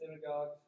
synagogues